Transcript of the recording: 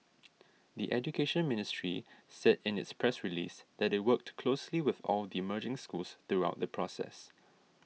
the Education Ministry said in its press release that it worked closely with all the merging schools throughout the process